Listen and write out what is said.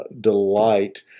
delight